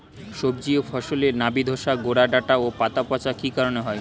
সবজি ও ফসলে নাবি ধসা গোরা ডাঁটা ও পাতা পচা কি কারণে হয়?